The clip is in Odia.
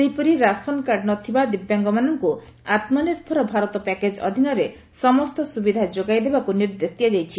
ସେହିପରି ରାସନ୍ କାର୍ଡ଼ ନ ଥିବା ଦିବ୍ୟାଙ୍ଗମାନଙ୍କୁ ଆତ୍ମନିର୍ଭର ଭାରତ ପ୍ୟାକେଜ୍ ଅଧୀନରେ ସମସ୍ତ ସୁବିଧା ଯୋଗାଇ ଦେବାକୁ ନିର୍ଦ୍ଦେଶ ଦିଆଯାଇଛି